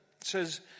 says